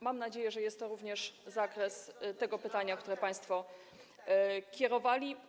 Mam nadzieję, że jest to również w zakresie tego pytania, które państwo kierowali.